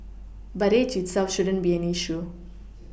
but age itself shouldn't be an issue